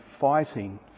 fighting